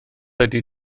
ydy